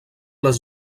les